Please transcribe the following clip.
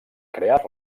crear